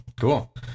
Cool